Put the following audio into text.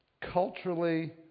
culturally